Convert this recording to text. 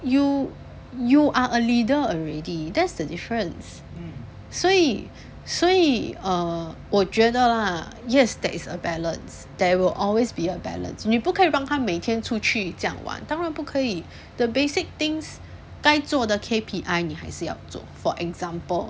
you you are a leader already that's the difference 所以所以呃我觉得啦 yes there is a balance there will always be a balance 你不可以让她每天出去这样晚当然不可以 the basic things 该做的 K_P_I 你还是要做 for example